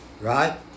Right